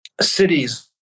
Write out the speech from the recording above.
cities